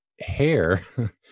hair